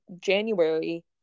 January